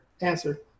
answer